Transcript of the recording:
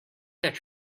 that